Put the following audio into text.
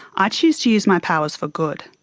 i choose to use my powers for good.